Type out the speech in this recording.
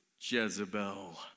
Jezebel